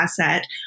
asset